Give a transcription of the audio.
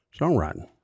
Songwriting